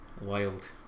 Wild